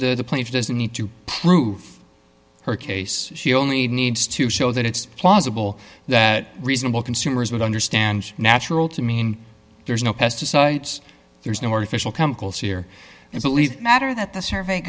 the plaintiff doesn't need to prove her case she only needs to show that it's plausible that reasonable consumers would understand natural to mean there's no pesticides there's no word official chemicals here and believe matter that the survey